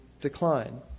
decline